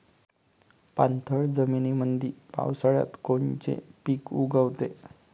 पाणथळ जमीनीमंदी पावसाळ्यात कोनचे पिक उगवते?